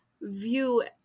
view